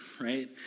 right